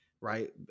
Right